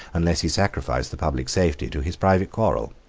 unless he sacrificed the public safety to his private quarrel.